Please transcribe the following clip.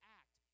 act